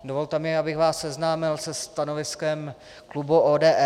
Dovolte mi, abych vás seznámil se stanoviskem klubu ODS.